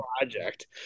project